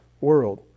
world